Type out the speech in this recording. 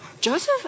Joseph